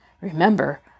Remember